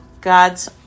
god's